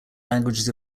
languages